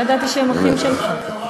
לא ידעתי שהם אחים שלך.